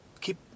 keep